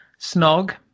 snog